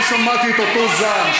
לא שמעתי את אותו זעם.